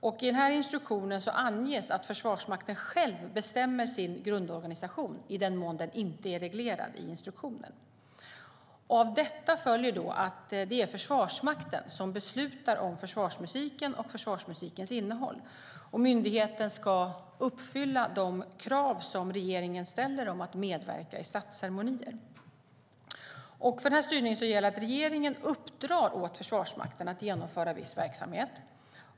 I den här instruktionen anges att Försvarsmakten själv bestämmer sin grundorganisation i den mån den inte är reglerad i instruktionen. Av detta följer att det är Försvarsmakten som beslutar om försvarsmusiken och förvarsmusikens innehåll. Myndigheten ska uppfylla de krav som regeringen ställer om att medverka i statsceremonier. För den här styrningen gäller att regeringen uppdrar åt Försvarsmakten att genomföra viss verksamhet.